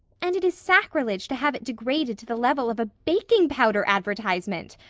and it is sacrilege to have it degraded to the level of a baking powder advertisement.